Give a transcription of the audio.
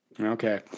okay